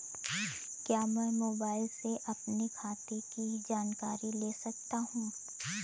क्या मैं मोबाइल से अपने खाते की जानकारी ले सकता हूँ?